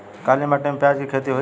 काली माटी में प्याज के खेती होई?